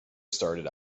started